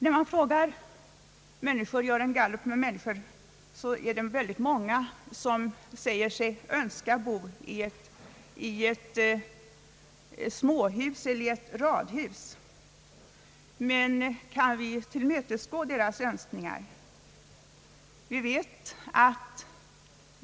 När det görs en gallup, säger sig väldigt många människor önska bo i småhus eller i radhus. Men kan vi tillmötesgå deras önskningar?